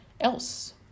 else